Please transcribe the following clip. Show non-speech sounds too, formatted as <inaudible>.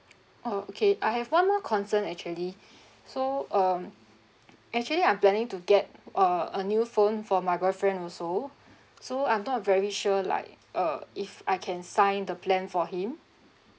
oh okay I have one more concern actually <breath> so um actually I'm planning to get uh a new phone for my boyfriend also so I'm not very sure like uh if I can sign the plan for him